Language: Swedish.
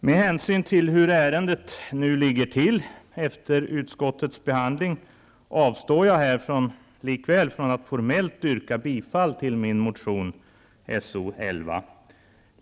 Med hänsyn till hur ärendet nu ligger till efter utskottets behandling, avstår jag från att formellt yrka bifall till min motion So11.